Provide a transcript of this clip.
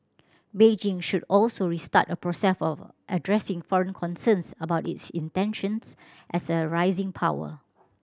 Beijing should also restart a process of addressing foreign concerns about its intentions as a rising power